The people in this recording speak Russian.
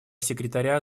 секретаря